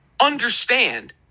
understand